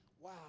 Wow